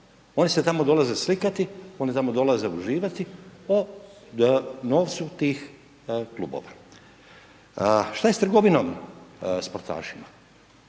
oni se tamo dolaze slikati, oni tamo dolaze uživati, a da …/nerazumljivo/… tih klubova. Šta je s trgovinom sportaša?